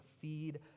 feed